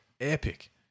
epic